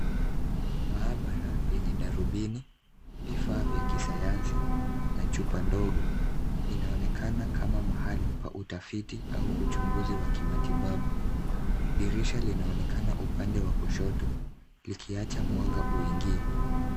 Maabara yenye darubini, vifaa vya kisayansi na chupa ndogo, inaonekana kama mahali pa utafiti au uchunguzi wa kimatibabu. Dirisha linaonekana upande wa kushoto likiacha mwanga uingie.